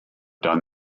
done